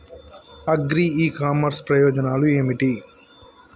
Agri e commerce ప్రయోజనాలు ఏమిటి?